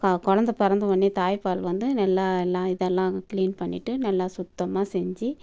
குலந்த பிறந்தவொன்னே தாய்ப்பால் வந்து நல்லா எல்லாம் இதெல்லாம் க்ளீன் பண்ணிட்டு நல்லா சுத்தமாக செஞ்சு